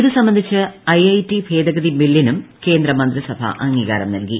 ഇതുസംബന്ധിച്ച ഐഐടി ഭേദഗതി ബില്ലിനും കേന്ദ്രമന്ത്രിസഭ അംഗീകാരം നൽകി